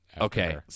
Okay